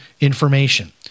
information